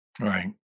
Right